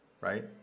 right